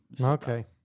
Okay